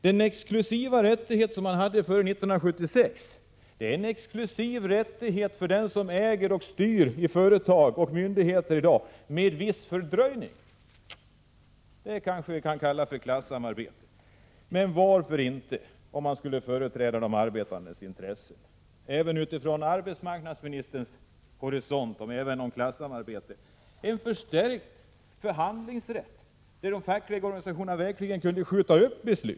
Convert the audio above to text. Den exklusiva rättighet som man hade före 1976 är en exklusiv rättighet för den som äger och styr i företag och myndigheter i dag — med viss fördröjning. Det kan man kanske kalla klassamarbete. Om man företräder de arbetandes intressen, varför då inte — även utifrån arbetsmarknadsministerns horisont, med klassamarbetet — införa en förstärkt förhandlingsrätt, så att de fackliga organisationerna verkligen kunde skjuta upp beslut?